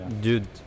dude